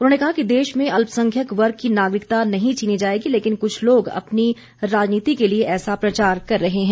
उन्होंने कहा कि देश में अल्पसंख्यक वर्ग की नागरिकता नहीं छीनी जाएगी लेकिन कुछ लोग अपनी राजनीति के लिए ऐसा प्रचार कर रहे हैं